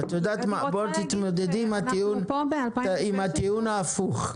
תתמודדי עם הטיעון ההפוך.